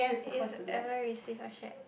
you've ever received or shared